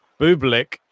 Bublik